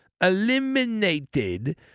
eliminated